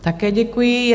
Také děkuji.